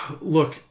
Look